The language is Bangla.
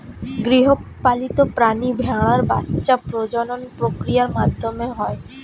গৃহপালিত প্রাণী ভেড়ার বাচ্ছা প্রজনন প্রক্রিয়ার মাধ্যমে হয়